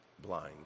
blind